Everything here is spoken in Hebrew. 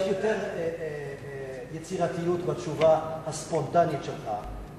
יש יותר יצירתיות בתשובה הספונטנית שלך,